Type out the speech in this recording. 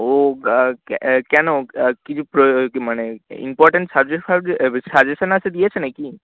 ও গা কেন কিছু প্রয়ো কি মানে ইম্পোর্ট্যান্ট সাবজেক্ট ফাবজে সাজেশান আছে দিয়েছে না কি